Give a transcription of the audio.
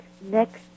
next